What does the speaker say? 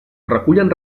recullen